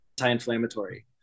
anti-inflammatory